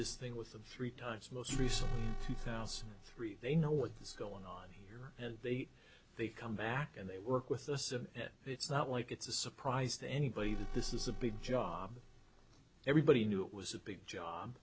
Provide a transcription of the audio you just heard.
this thing with of three times most recently thousands three they know what's going on here and they they come back and they work with us it's not like it's a surprise to anybody that this is a big job everybody knew it was a big job